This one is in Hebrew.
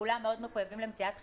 כולם מאוד מחויבים למציאת חיסון.